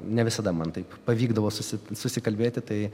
ne visada man taip pavykdavo susi susikalbėti tai